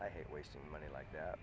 i hate wasting money like that